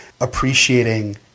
appreciating